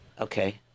okay